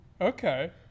Okay